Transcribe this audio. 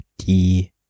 die